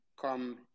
come